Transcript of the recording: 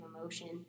emotion